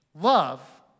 Love